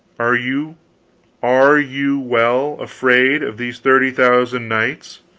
are you are you well, afraid of these thirty thousand knights?